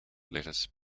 lettuce